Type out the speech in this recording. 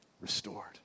restored